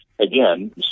Again